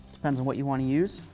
depends on what you want to use.